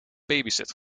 babysit